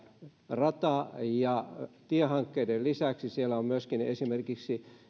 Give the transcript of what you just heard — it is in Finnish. rata ja tiehankkeiden lisäksi siellä on myöskin esimerkiksi